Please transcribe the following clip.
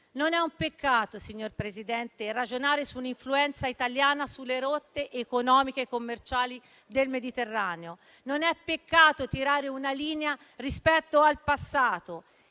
Non è un peccato, signor Presidente, ragionare su un'influenza italiana sulle rotte economiche e commerciali del Mediterraneo. Non è peccato tirare una linea rispetto al passato